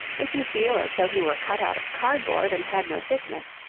if you feel as though he were cut out of cardboard and had no thickness,